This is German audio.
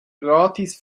gratis